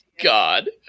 God